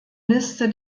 liste